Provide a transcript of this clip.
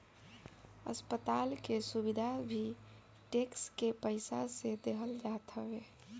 अस्पताल के सुविधा भी टेक्स के पईसा से देहल जात हवे